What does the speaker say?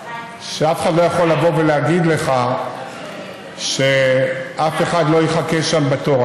שאף אחד לא יכול לבוא ולהגיד לך שאף אחד לא יחכה שם בתור.